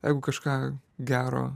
jeigu kažką gero